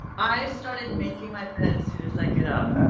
i started making my bed as soon as i get up.